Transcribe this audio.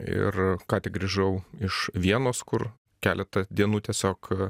ir ką tik grįžau iš vienos kur keletą dienų tiesiog